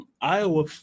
Iowa